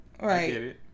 Right